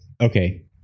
okay